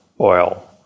oil